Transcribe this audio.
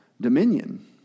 dominion